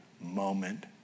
moment